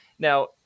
Now